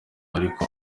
ariko